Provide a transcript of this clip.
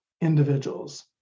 individuals